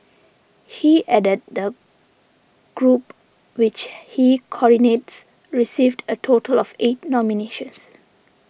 he added that the group which he coordinates received a total of eight nominations